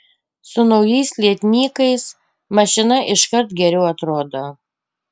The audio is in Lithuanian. su naujais lietnykais mašina iškart geriau atrodo